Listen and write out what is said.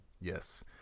Yes